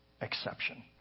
exception